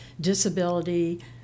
disability